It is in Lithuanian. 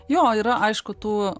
jo yra aišku tų